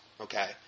okay